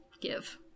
give